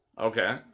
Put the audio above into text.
Okay